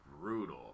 brutal